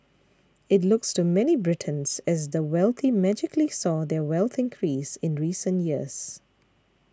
it looks to many Britons as the wealthy magically saw their wealth increase in recent years